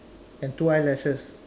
and two eyelashes